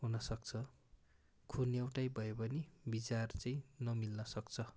हुनसक्छ खुन एउटै भए पनि विचार चाहिँ नमिल्नसक्छ